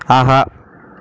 ஆஹா